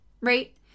right